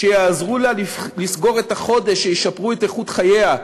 שיעזרו לה לסגור את החודש, שישפרו את איכות חייה.